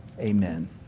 Amen